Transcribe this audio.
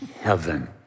heaven